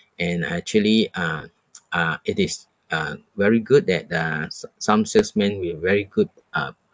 and uh actually uh uh it is uh very good that uh so~ some salesmen been very good um